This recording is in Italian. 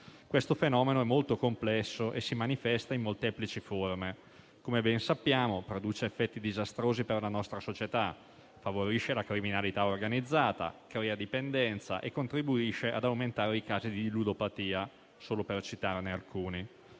Questo fenomeno è molto complesso e si manifesta in molteplici forme: come ben sappiamo, produce effetti disastrosi per la nostra società; favorisce la criminalità organizzata; crea dipendenza e contribuisce ad aumentare i casi di ludopatia, solo per citarne alcuni.